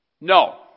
no